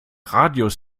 radius